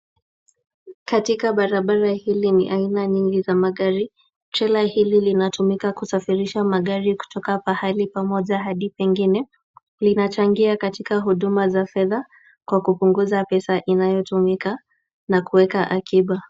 Katika barabara hili ni aina nyingi za magari. Trela hili linatumika kusafirisha magari kutoka pahali pamoja hadi pengine. Linachangia katika huduma za fedha kwa kupunguza pesa inayotumika na kuweka akiba.